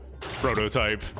prototype